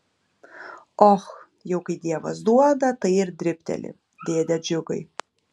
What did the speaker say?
och jau kai dievas duoda tai ir dribteli dėde džiugai